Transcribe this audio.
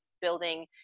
building